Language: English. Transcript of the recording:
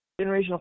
generational